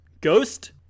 Ghost